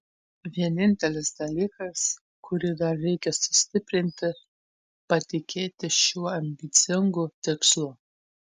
vienintelis dalykas kurį dar reikia sustiprinti patikėti šiuo ambicingu tikslu